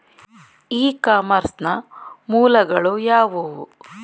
E commerce ನ ಮೂಲಗಳು ಯಾವುವು?